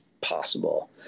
possible